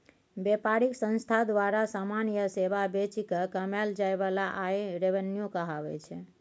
बेपारिक संस्था द्वारा समान या सेबा बेचि केँ कमाएल जाइ बला आय रेवेन्यू कहाइ छै